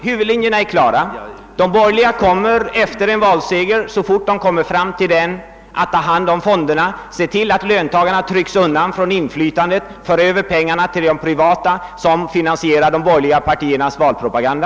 Huvudlinjerna är klara: De borgerliga kommer omedelbart efter en valseger att ta hand om fonderna, se till att löntagarna trycks undan från inflytande och föra över pengarna till de privata företag som finansierar de borgerliga partiernas valpropaganda.